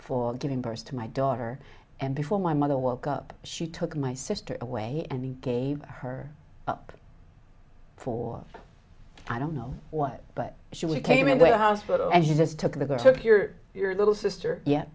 for giving birth to my daughter and before my mother woke up she took my sister away and he gave her up for i don't know what but she we came into a hospital and she just took the girl took your your little sister ye